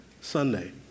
Sunday